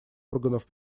органов